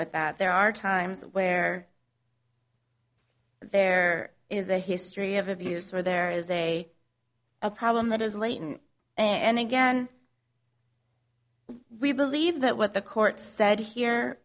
with that there are times where there is a history of abuse where there is a a problem that is latent and again we believe that what the court said here